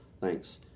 Thanks